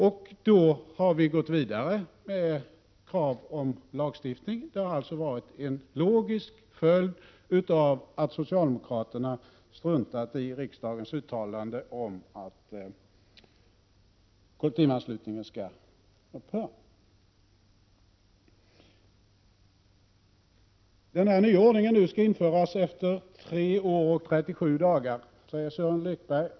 Vi har då gått vidare med krav på lagstiftning. Det har således varit en logisk följd av att socialdemokraterna struntat i riksdagens uttalande om att kollektivanslutningen skall upphöra. Den här nya ordningen skall införas efter tre år och 37 dagar, säger Sören Lekberg.